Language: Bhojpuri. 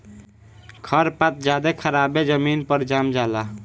खर पात ज्यादे खराबे जमीन पर जाम जला